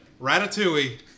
Ratatouille